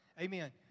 Amen